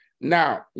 now